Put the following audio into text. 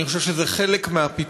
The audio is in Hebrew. אני חושב זה חלק מהפתרון.